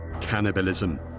cannibalism